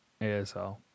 ASL